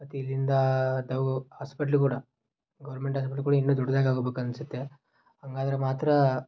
ಮತ್ತು ಇಲ್ಲಿಂದ ದವು ಹಾಸ್ಪೆಟ್ಲ್ ಕೂಡ ಗೌರ್ಮೆಂಟ್ ಹಾಸ್ಪೆಟ್ಲ್ ಕೂಡ ಇನ್ನೂ ದೊಡ್ದಾಗಾಬೇಕ್ ಅನ್ನಿಸುತ್ತೆ ಹಾಗಾದ್ರೆ ಮಾತ್ರ